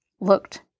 looked